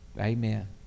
amen